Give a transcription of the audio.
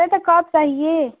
अरे तो कब चाहिए